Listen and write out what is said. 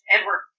Edward